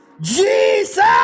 Jesus